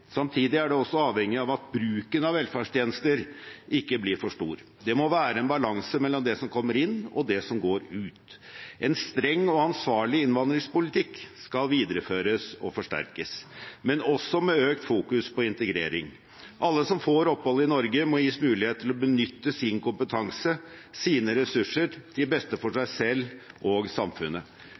Samtidig er det avhengig av at bruken av velferdstjenester ikke blir for stor. Det må være en balanse mellom det som kommer inn, og det som går ut. En streng og ansvarlig innvandringspolitikk skal videreføres og forsterkes, men også med økt fokus på integrering. Alle som får opphold i Norge, må gis mulighet til å benytte sin kompetanse, sine ressurser, til beste for seg selv og samfunnet.